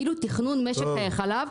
כאילו תכנון משק החלב,